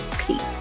peace